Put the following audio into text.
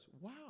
Wow